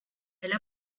elle